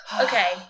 okay